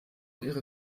ihre